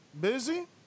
Busy